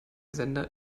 sender